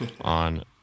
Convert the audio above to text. on